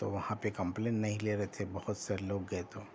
تو وہاں پہ کمپلین نہیں لے رہے تھے بہت سے لوگ گئے تو